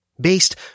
based